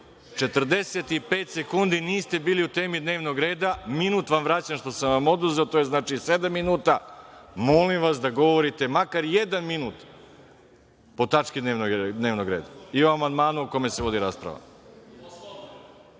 45 sekundi niste bili u temi dnevnog reda, minut vam vraćam što sam vam oduzeo i to je znači sedam minuta. Molim vas da govorite makar jedan minut po tački dnevnog reda i o amandmanu o kome se vodi rasprava.